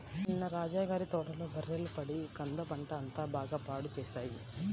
నిన్న రాజా గారి తోటలో బర్రెలు పడి కంద పంట అంతా బాగా పాడు చేశాయి